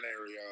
area